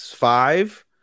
Five